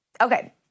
Okay